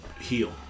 heal